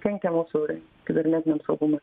kenkia mūsų kibernetiniam saugumui